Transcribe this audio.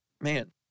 man